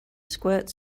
squirt